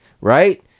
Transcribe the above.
right